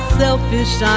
selfish